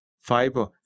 fiber